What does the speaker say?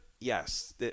Yes